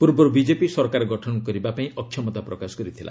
ପୂର୍ବରୁ ବିକେପି ସରକାର ଗଠନ କରିବାପାଇଁ ଅକ୍ଷମତା ପ୍ରକାଶ କରିଥିଲା